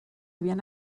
habían